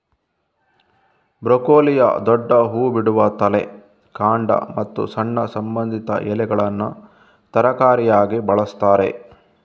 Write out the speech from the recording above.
ಬ್ರೊಕೊಲಿಯ ದೊಡ್ಡ ಹೂ ಬಿಡುವ ತಲೆ, ಕಾಂಡ ಮತ್ತು ಸಣ್ಣ ಸಂಬಂಧಿತ ಎಲೆಗಳನ್ನ ತರಕಾರಿಯಾಗಿ ಬಳಸ್ತಾರೆ